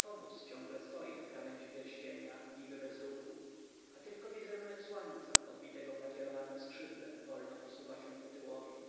powóz ciągle stoi na krawędzi pierścienia niby bez ruchu a tylko wizerunek słońca odbitego w lakierowanem skrzydle wolno posuwa się ku tyłowi